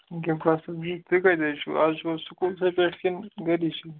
وٕنکٮ۪ن کلاسس منٛز بِہتھ تُہۍ کَتہِ ٲسِو آز چھُوا سکوٗل سٕے پٮ۪ٹھ کِنہٕ گَری چھِو